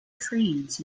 trains